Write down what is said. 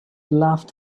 laughed